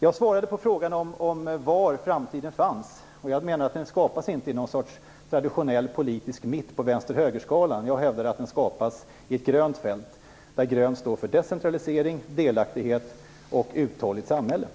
Jag svarade på frågan om var framtiden finns. Jag menar att den inte skapas i en sorts traditionell politisk mitt på vänster-höger-skalan, utan jag hävdar att den skapas i ett grönt fält. Grönt står där för decentralisering, delaktighet och ett uthålligt samhälle.